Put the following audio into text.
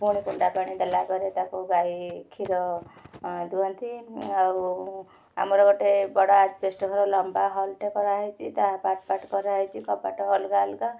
ପୁଣି କୁଣ୍ଡା ପାଣି ଦେଲା ପରେ ତାକୁ ଗାଈ କ୍ଷୀର ଦୁହଁନ୍ତି ଆଉ ଆମର ଗୋଟେ ବଡ଼ ଆଜବେଷ୍ଟ ଘର ଗୋଟେ ଲମ୍ବା ହଲ୍ଟେ କରାହେଇଛି ତା' ପାର୍ଟ ପାର୍ଟ କରାହେଇଛି କବାଟ ଅଲଗା ଅଲଗା